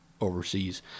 overseas